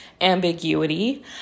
ambiguity